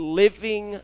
living